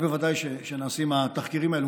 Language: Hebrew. בוודאי שנעשים התחקירים האלה.